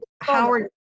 Howard